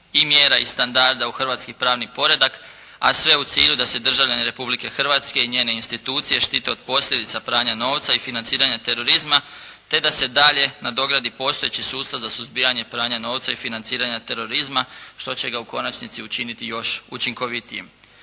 i mjera i standarda u hrvatski pravni poredak a sve u cilju da se državljani Republike Hrvatske i njene institucije štite od posljedica pranja novca i financiranja terorizma, te da se dalje nadogradi postojeći sustav za suzbijanje pranja novca i financiranja terorizma što će ga u konačnici učiniti još učinkovitijim.